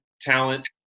talent